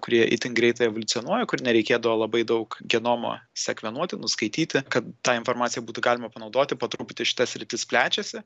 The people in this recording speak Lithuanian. kurie itin greitai evoliucionuoja kur nereikėdavo labai daug genomo sekvenuoti nuskaityti kad tą informaciją būtų galima panaudoti po truputį šita sritis plečiasi